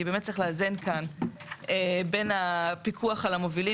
כי באמת צריך לאזן כאן בין הפיקוח על המובילים,